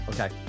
Okay